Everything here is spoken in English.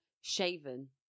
shaven